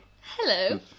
Hello